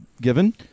Given